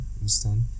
understand